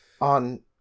on